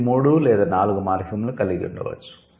ఇది మూడు లేదా నాలుగు మార్ఫిమ్లను కలిగి ఉండవచ్చు